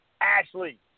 Ashley